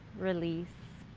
release,